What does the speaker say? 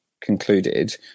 concluded